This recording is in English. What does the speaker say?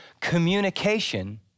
Communication